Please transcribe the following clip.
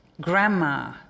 grandma